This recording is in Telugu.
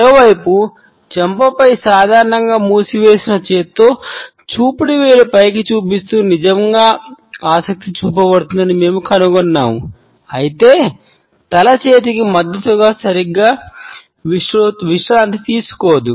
మరోవైపు చెంపపై సాధారణంగా మూసివేసిన చేతితో చూపుడు వేలు పైకి చూపిస్తూ నిజమైన ఆసక్తి చూపబడుతుందని మేము కనుగొన్నాము అయితే తల చేతికి మద్దతుగా సరిగ్గా విశ్రాంతి తీసుకోదు